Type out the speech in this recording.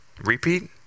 repeat